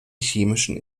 chemischen